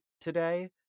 today